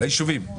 ליישובים.